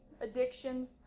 addictions